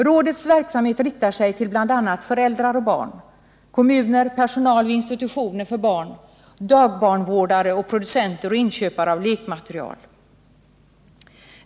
Rådets verksamhet riktar sig till bl.a. föräldrar och barn, kommuner, personal vid institutioner för barn, dagbarnvårdare och producenter och inköpare av lekmateriel.